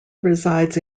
resides